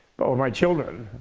my children,